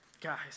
Guys